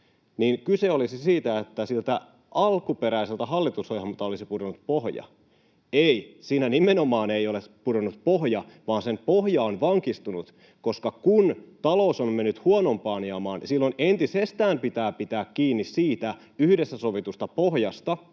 kyse olisi siitä, että siltä alkuperäiseltä hallitusohjelmalta olisi pudonnut pohja? Ei, siltä nimenomaan ei ole pudonnut pohja, vaan sen pohja on vankistunut, koska kun talous on mennyt huonompaan jamaan, silloin entisestään pitää pitää kiinni siitä yhdessä sovitusta pohjasta,